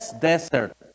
desert